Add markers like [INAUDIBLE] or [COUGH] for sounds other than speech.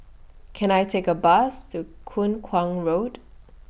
Can I Take A Bus to [UNINTELLIGIBLE] Kuang Road